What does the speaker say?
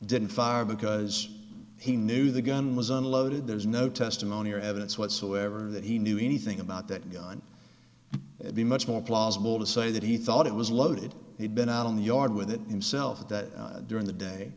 didn't fire because he knew the gun was unloaded there's no testimony or evidence whatsoever that he knew anything about that gun be much more plausible to say that he thought it was loaded he'd been out in the yard with it himself during the day